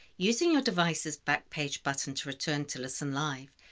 using your device's back page button to return to listen live,